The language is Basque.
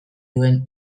duen